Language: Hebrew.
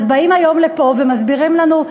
אז באים היום לפה ומסבירים לנו,